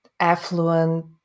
affluent